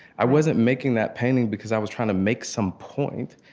i wasn't making that painting because i was trying to make some point.